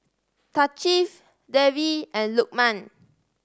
Thaqif Dewi and Lukman